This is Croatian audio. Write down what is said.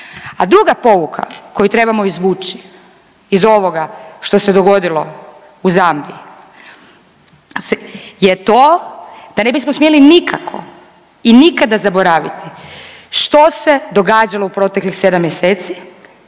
A druga pouka koju trebamo izvući iz ovoga što se dogodilo u Zambiji je to da ne bismo smjeli nikako i nikada zaboraviti što se događalo u proteklih 7 mjeseci,